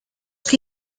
que